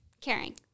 Caring